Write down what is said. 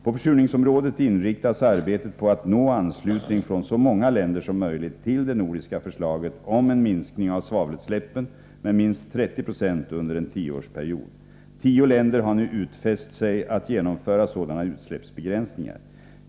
På försurningsområdet inriktas arbetet på att nå anslutning från så många länder som möjligt till det nordiska förslaget om en minskning av svavelutsläppen med minst 30 26 under en tioårsperiod. Tio länder har nu utfäst sig att genomföra sådana utsläppsbegränsningar.